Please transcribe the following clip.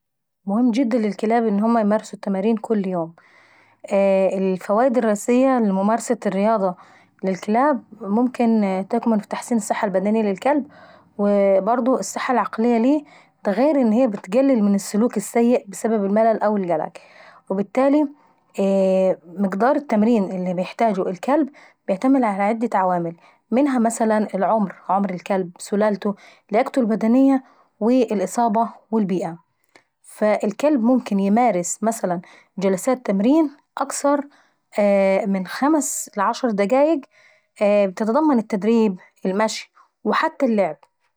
مهم جدا للكلاب ان هما يمارسوا التمارين كل يوم. الفوايد الرئيسية لممارسة الرياضة للكلاب ممكن تكمن في تحسين الصحة للكلب وبرضه الصحة العقلية ليه، دا غير ان هي بتقلل من السلوك السيئ بسبب الملل او القلق. وبالتالي مقدار التمرين اللي بيحتاجه الكلب بيعتمد على عدة عوامل: منها العمر، عمر الكلب، سلالته، ليقاته البدنية، والاصابة والبيئة. فالكلب ممكن يمارس جلسات تمرين اكتر من خمس لعشر دقايق تتضمن التمرين والمشي وحتى اللعب.